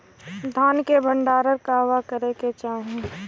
धान के भण्डारण कहवा करे के चाही?